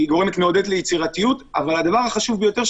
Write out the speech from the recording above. היא מעודדת יצירתיות והדבר החשוב ביותר,